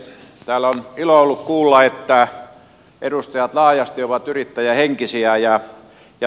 täällä on ollut ilo kuulla että edustajat laajasti ovat yrittäjähenkisiä